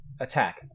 Attack